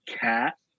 cat